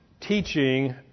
teaching